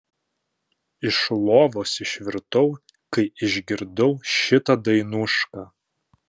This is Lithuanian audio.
iš lovos išvirtau kai išgirdau šitą dainušką